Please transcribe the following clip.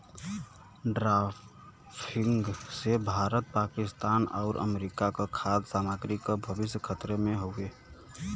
drafting से भारत पाकिस्तान आउर America क खाद्य सामग्री क भविष्य खतरे में हउवे